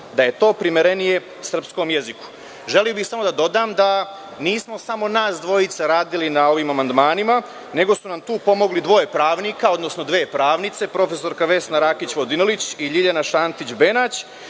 da je to primerenije srpskom jeziku. Želeo bih da dodam da nismo samo nas dvojica radili na ovim amandmanima, nego su nam tu pomogle dve pravnice, profesorka Vesna Rakić Vodinelić i Ljiljana Šantić Benać